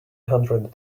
hundred